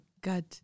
God